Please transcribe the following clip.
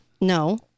No